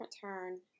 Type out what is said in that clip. turn